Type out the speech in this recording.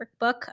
workbook